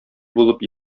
булып